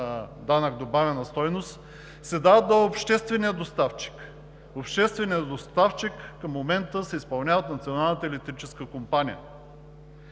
данък добавена стойност, се дават на обществения доставчик. Общественият доставчик към момента се изпълнява от Националната електрическа компания.